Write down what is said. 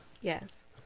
Yes